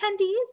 attendees